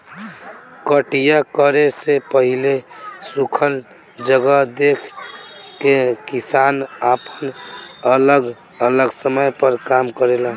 कटिया करे से पहिले सुखल जगह देख के किसान आपन अलग अलग समय पर काम करेले